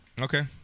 Okay